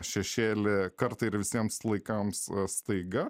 šešėlį kartą ir visiems laikams staiga